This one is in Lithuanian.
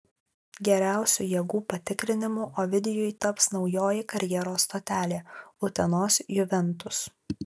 geriausiu jėgų patikrinimu ovidijui taps naujoji karjeros stotelė utenos juventus